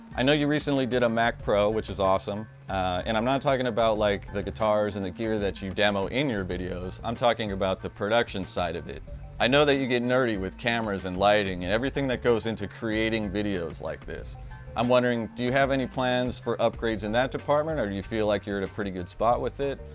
i know you recently did a mac pro, which is awesome and i'm not talking about like the guitars and the gear that you demo in your videos i'm talking about the production side of it i know that you get nerdy with cameras and lighting and everything that goes into creating videos like this i'm wondering do you have any plans for upgrades in that department or do you feel like you're at a pretty good spot with it?